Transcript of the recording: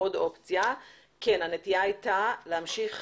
הנטייה היא הייתה להמשיך